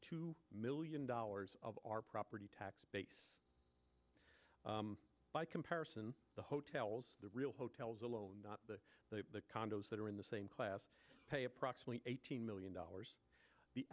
two million dollars of our property tax base by comparison the hotels the real hotels alone the condos that are in the same class pay approximately eighteen million dollars the